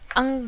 ang